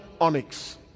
onyx